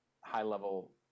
high-level